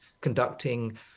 conducting